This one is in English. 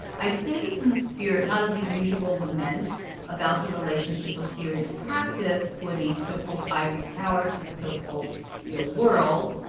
i say this in the spirit not of the usual lament about the relationship of theory to practice, or the so-called ivory tower to the so-called real world.